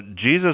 Jesus